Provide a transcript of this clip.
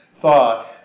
thought